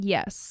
Yes